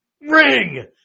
ring